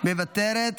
מוותרת,